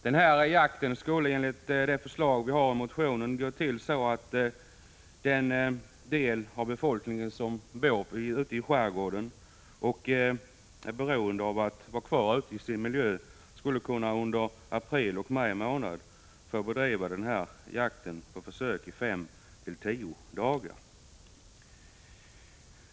Den här jakten skulle enligt vårt förslag gå till så att den del av befolkningen som bor ute i skärgården och som är beroende av att vara kvar i sin miljö skulle under april och maj få bedriva jakten under 5-10 dagar.